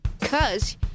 cause